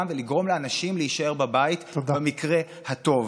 ולגרום לאנשים להישאר בבית במקרה הטוב.